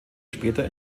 später